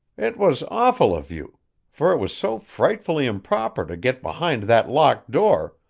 it was awful of you for it was so frightfully improper to get behind that locked door,